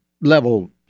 level